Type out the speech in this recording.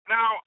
Now